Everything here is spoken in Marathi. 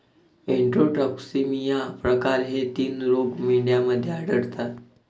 एन्टरोटॉक्सिमिया प्रकार हे तीन रोग मेंढ्यांमध्ये आढळतात